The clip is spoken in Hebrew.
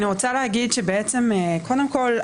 קודם כול,